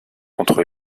contre